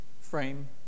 frame